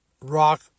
rock